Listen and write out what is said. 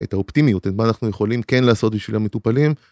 את האופטימיות, את מה אנחנו יכולים כן לעשות בשביל המטופלים.